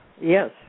Yes